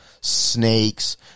snakes